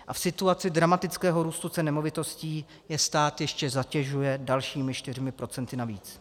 A v situaci dramatického růstu cen nemovitostí je stát ještě zatěžuje dalšími 4 % navíc.